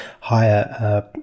higher